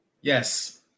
Yes